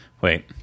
Wait